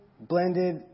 blended